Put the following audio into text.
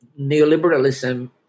neoliberalism